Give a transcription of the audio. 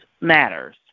matters